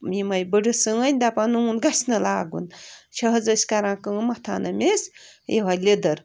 یِمٔے بڑٕ سٲنۍ دَپان نوٗن گَژھہِ نہٕ لاگُن چھِ حظ أسۍ کَران کٲم مَتھان أمِس یِہٲے لِدٕر